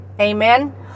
Amen